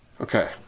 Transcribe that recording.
Okay